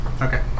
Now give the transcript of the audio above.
okay